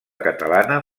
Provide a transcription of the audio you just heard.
catalana